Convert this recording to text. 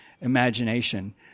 imagination